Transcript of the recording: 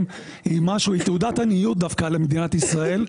היא תעודת עניות דווקא למדינת ישראל,